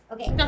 Okay